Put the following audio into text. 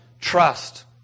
trust